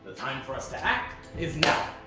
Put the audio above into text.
time for us to act is now.